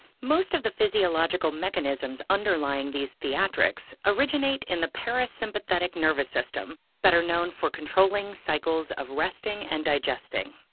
most of the physiological mechanisms underlying these theatrics originate in the parasympathetic nervous system, better known for controlling cycles of resting and digesting.